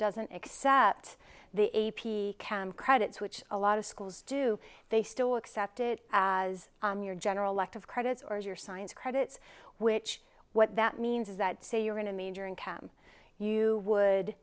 doesn't accept the a p cam credits which a lot of schools do they still accept it as your general lack of credits or your science credits which what that means is that say you're in a major in cam you would